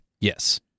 Yes